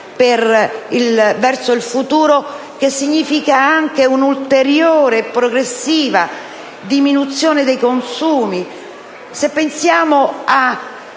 verso il futuro, che significa anche un'ulteriore e progressiva diminuzione dei consumi. Pensiamo